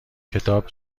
کتاب